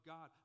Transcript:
God